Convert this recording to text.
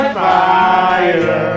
fire